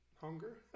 hunger